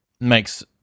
makes